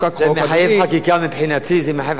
במידה שזה ייפול בדיוק באותו יום,